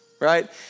right